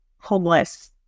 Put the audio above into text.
homeless